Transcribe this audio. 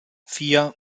vier